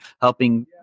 helping